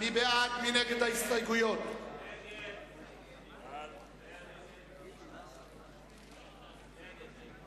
ההסתייגות של קבוצת סיעת חד"ש לסעיף 03,